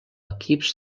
equips